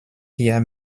hier